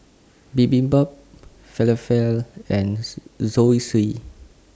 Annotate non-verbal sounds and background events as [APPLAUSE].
Bibimbap Falafel and [UNINTELLIGIBLE] Zosui